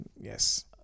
Yes